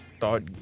thought